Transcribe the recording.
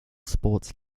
sports